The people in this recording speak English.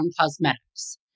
Cosmetics